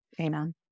Amen